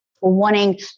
wanting